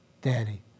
Daddy